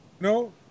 No